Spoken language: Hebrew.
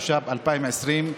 התש"ף 2020,